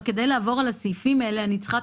כדי לעבור על הסעיפים האלה אני צריכה את